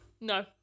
No